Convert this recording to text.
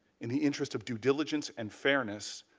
in the interest of due diligence and fairness,